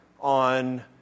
on